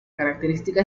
característica